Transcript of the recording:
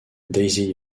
daisy